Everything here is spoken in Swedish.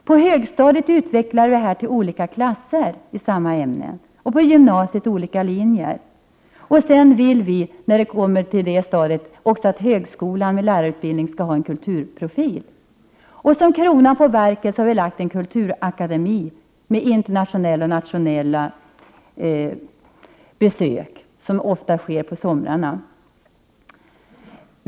På högstadiet utvecklas detta till olika klasser i samma ämne, och på gymnasiet till olika linjer. När det kommer till det stadiet vill vi också att högskolan med lärarutbildning skall ha en kulturprofil. Som kronan på verket har vi lagt en kulturakademi med nationella och internationella besök, som ofta sker på somrarna.